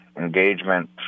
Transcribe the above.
Engagement